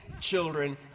children